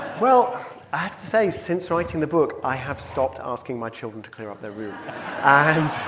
well, i have to say since writing the book, i have stopped asking my children to clear up their room and